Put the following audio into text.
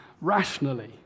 rationally